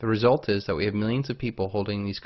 the result is that we have millions of people holding these